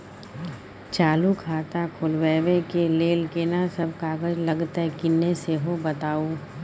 चालू खाता खोलवैबे के लेल केना सब कागज लगतै किन्ने सेहो बताऊ?